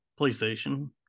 PlayStation